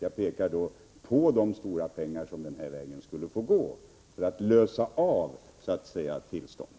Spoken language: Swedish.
Jag pekar på de stora belopp som skulle gå den vägen för att lösa ut tillståndet.